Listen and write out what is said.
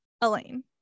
Elaine